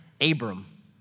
Abram